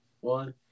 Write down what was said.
one